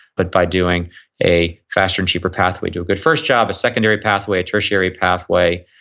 but by doing a faster and cheaper pathway. do a good first job, a secondary pathway, tertiary pathway,